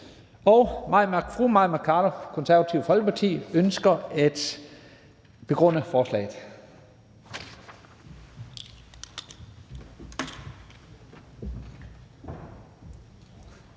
Jensen): Fru Mai Mercado, Det Konservative Folkeparti, ønsker at begrunde forslaget.